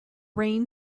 rain